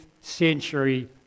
century